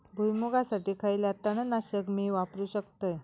भुईमुगासाठी खयला तण नाशक मी वापरू शकतय?